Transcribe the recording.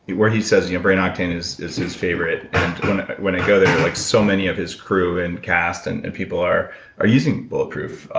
where he says you know brain octane is is his favorite. and when i go there, like so many of his crew and cast and and people are are using bulletproof,